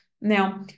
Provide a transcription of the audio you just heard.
Now